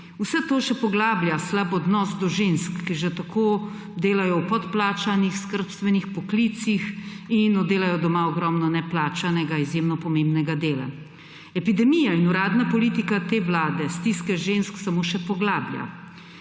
Vse to še poglablja slab odnos do žensk, ki že tako delajo v podplačanih skrbstvenih poklicih in oddelajo doma ogromno neplačanega, izjemno pomembnega dela. Epidemija in uradna politika te vlade stiske žensk samo še poglablja.